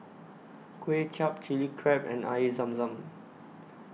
Kuay Chap Chilli Crab and Air Zam Zam